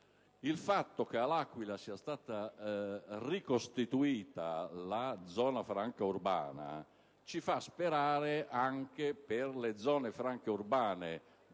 Il fatto che all'Aquila sia stata ricostituita la zona franca urbana ci fa sperare anche per le zone franche urbane del